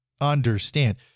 understand